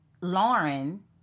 Lauren